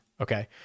okay